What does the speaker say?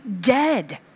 dead